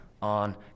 on